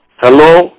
Hello